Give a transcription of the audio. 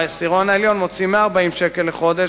העשירון העליון מוציא 140 שקל לחודש